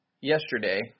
yesterday